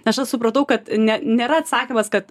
nes aš supratau kad ne nėra atsakymas kad